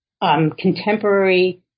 Contemporary